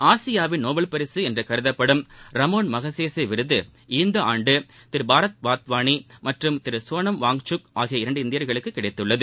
ஆசியாவின் நோபல் பரிசு என்று கருதப்படும் ரமோன் மகசேசே விருது இந்த ஆண்டு திரு பாரத் வாத்வாணி மற்றும் திரு சோனம் வாங்சுக் ஆகிய இரண்டு இந்தியர்களுக்கு கிடைத்துள்ளது